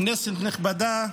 כנסת נכבדה,